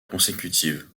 consécutive